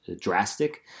drastic